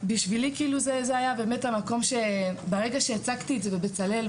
ובשבילי זה היה באמת המקום שברגע שהצגתי את זה בבצלאל,